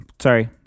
sorry